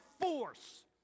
force